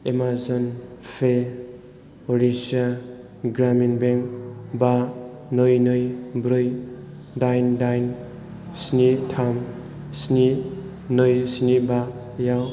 Amazon pay उरिच्चा Gramin bank बा नै नै ब्रै दाइन दाइन स्नि थाम स्नि नै स्नि बायाव